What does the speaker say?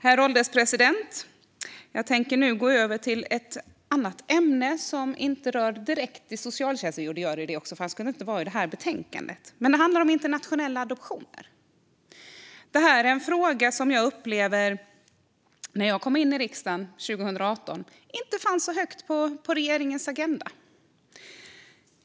Herr ålderspresident! Jag tänker nu gå över till ett annat ämne som inte direkt rör socialtjänsten - jo, det gör det, för annars skulle det inte vara med i det här betänkandet - och det handlar om internationella adoptioner. Det här är en fråga som jag när jag kom in i riksdagen 2018 upplevde inte fanns så högt upp på regeringens agenda.